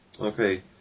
okay